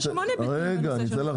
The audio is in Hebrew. למשל,